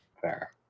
Fair